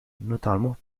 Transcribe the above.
notamment